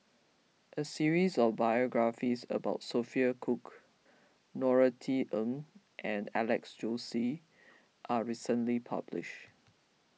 a series of biographies about Sophia Cooke Norothy Ng and Alex Josey are recently published